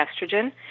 estrogen